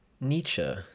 Nietzsche